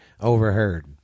overheard